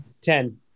Ten